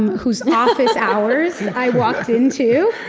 um whose office hours i walked into,